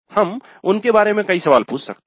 हम उनके बारे में कई सवाल पूछ सकते हैं